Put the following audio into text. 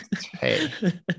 Hey